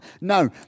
No